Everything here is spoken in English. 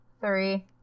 Three